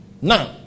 Now